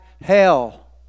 hell